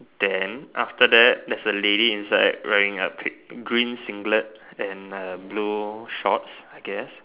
then after that there's a lady inside wearing a green singlet and uh blue shorts I guess